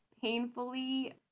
painfully